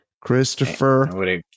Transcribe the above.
Christopher